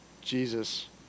Jesus